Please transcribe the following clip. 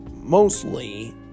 mostly